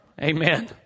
Amen